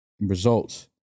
results